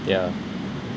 yeah